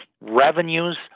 revenues